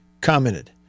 commented